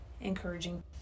encouraging